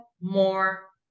more